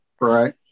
Right